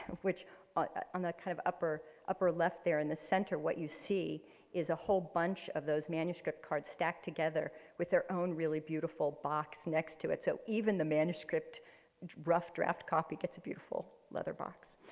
which on that kind of upper upper left there in the center what you see is a whole bunch of those manuscript cards stacked together with their own really beautiful box next to it. so, even the manuscript rough draft copy gets a beautiful leather box.